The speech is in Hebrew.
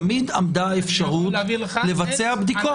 תמיד עמדה אפשרות לבצע בדיקות.